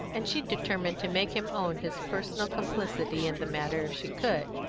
and she determined to make him own his personal complicity in the matter if she could.